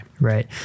Right